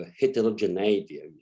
heterogeneity